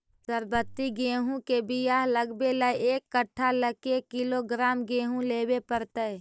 सरबति गेहूँ के बियाह लगबे ल एक कट्ठा ल के किलोग्राम गेहूं लेबे पड़तै?